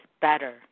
better